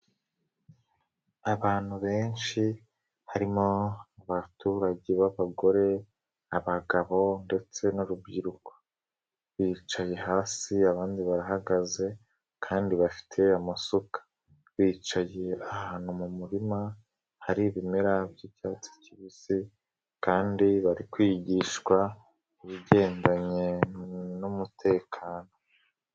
Abantu benshi harimo abaturage b'abagore, abagabo ndetse n'urubyiruko bicaye hasi abandi bahagaze, kandi bafite amasuka bicaye ahantu mu murima hari ibimera by'icyatsi kibisi, kandi bari kwigishwa ibigendanye n'umutekano.